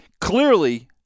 clearly